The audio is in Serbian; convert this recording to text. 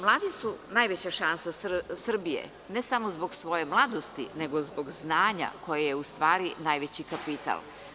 Mladi su najveća šansa Srbije, ne samo zbog svoje mladosti nego zbog znanja koje je u stvari najveći kapital.